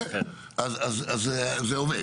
אז זה עובד.